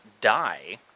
die